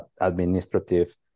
administrative